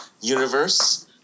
universe